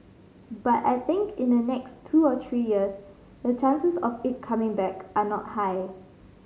but I think in the next two or three years the chances of it coming back are not high